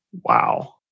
Wow